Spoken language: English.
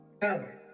power